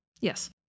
Yes